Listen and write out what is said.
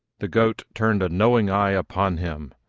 the goat turned a knowing eye upon him.